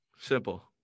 simple